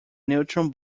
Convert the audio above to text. neutron